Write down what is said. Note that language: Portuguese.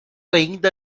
ainda